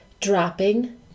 dropping